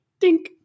dink